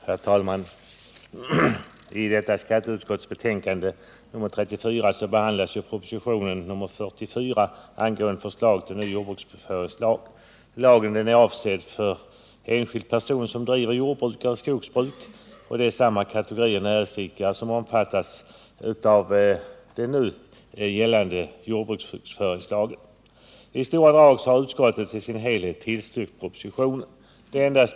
Herr talman! I detta skatteutskottets betänkande 34 behandlas propositionen 44 angående förslag till ny jordbruksbokföringslag. Den är avsedd för enskild person som driver jordbruk och skogsbruk — det är samma kategori näringsidkare som omfattas av den nu gällande jordbruksbokföringslagen. I stora drag har utskottet i sin helhet tillstyrkt propositionen.